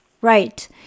Right